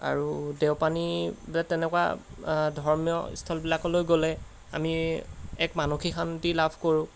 আৰু দেওপানী তেনেকুৱা ধৰ্মীয় স্থলবিলাকলৈ গ'লে আমি এক মানসিক শান্তি লাভ কৰোঁ